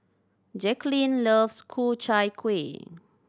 Jacqulyn loves Ku Chai Kueh